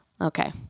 okay